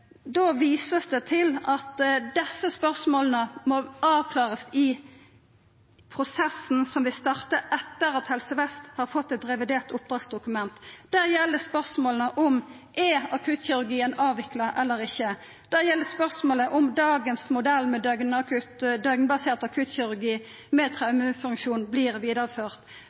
Da vert det vist til at desse spørsmåla må avklarast i prosessen som vil starta etter at Helse Vest har fått eit revidert oppdragsdokument. Det gjeld spørsmålet om akuttkirurgien er avvikla eller ikkje. Det gjeld spørsmålet om dagens modell med døgnbasert akuttkirurgi med